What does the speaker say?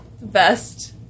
best